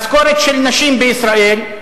משכורת של נשים בישראל,